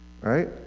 right